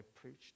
preached